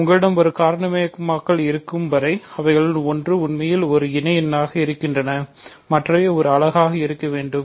உங்களிடம் ஒரு காரணிமயமாக்கல் இருக்கும் வரை அவைகளில் ஒன்று உண்மையில் ஒரு இணை எண்களாக இருக்கிறன மற்றவை ஒரு அலகாக இருக்க வேண்டும்